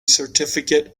certificate